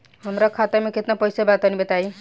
हमरा खाता मे केतना पईसा बा तनि बताईं?